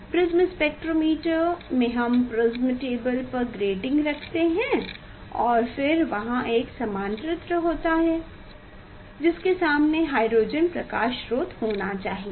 prism spectrometer में हम prism table पर ग्राटिंग रखते हैं और फिर वहाँ एक समांतरित्र होता है जिसके सामने हाइड्रोजन प्रकाश स्रोत होना चाहिए